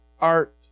art